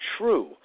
true